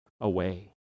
away